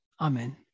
Amen